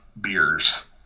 beers